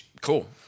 Cool